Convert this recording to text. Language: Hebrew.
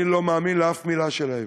אני לא מאמין לאף מילה שלהם.